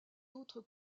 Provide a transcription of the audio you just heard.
autres